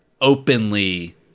openly